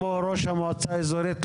כמו ראש המועצה האזורית,